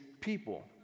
people